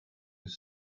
his